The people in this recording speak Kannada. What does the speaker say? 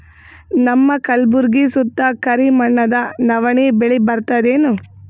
ನಮ್ಮ ಕಲ್ಬುರ್ಗಿ ಸುತ್ತ ಕರಿ ಮಣ್ಣದ ನವಣಿ ಬೇಳಿ ಬರ್ತದೇನು?